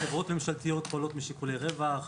חברות ממשלתיות פועלות משיקולי רווח.